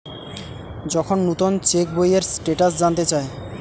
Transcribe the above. যখন নুতন চেক বইয়ের স্টেটাস জানতে চায়